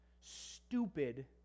stupid